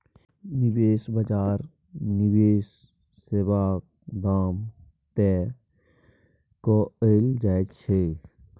निबेश बजार मे निबेश सेबाक दाम तय कएल जाइ छै